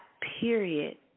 period